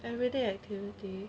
everyday activity